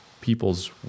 people's